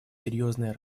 серьезные